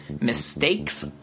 Mistakes